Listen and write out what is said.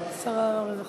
שר הרווחה.